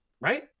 right